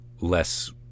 less